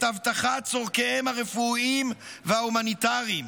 את הבטחת צורכיהם הרפואיים וההומניטריים,